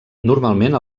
normalment